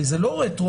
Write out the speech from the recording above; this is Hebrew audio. הרי זה לא רטרואקטיבי.